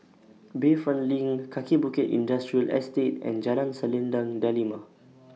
Bayfront LINK Kaki Bukit Industrial Estate and Jalan Selendang Delima